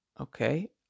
okay